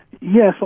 Yes